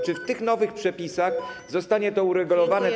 Czy w tych nowych przepisach zostanie to uregulowane tak.